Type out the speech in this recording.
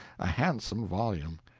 a handsome volume.